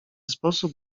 sposób